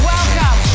Welcome